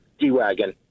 G-Wagon